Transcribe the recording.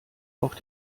auch